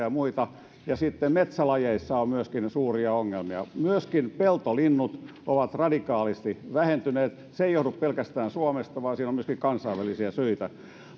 ja muita ja myöskin metsälajeissa on suuria ongelmia myöskin peltolinnut ovat radikaalisti vähentyneet se ei johdu pelkästään suomesta vaan siinä on myöskin kansainvälisiä syitä